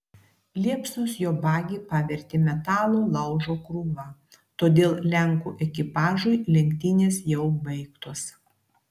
liepsnos jo bagį pavertė metalo laužo krūva todėl lenkų ekipažui lenktynės jau baigtos